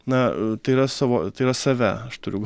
na tai yra savo tai yra save aš turiu